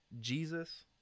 Jesus